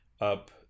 up